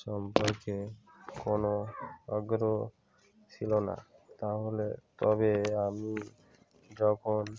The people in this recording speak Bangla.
সম্পর্কে কোনো আগ্রহ ছিল না তাহলে তবে আমি যখন